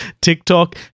TikTok